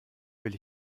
will